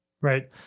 Right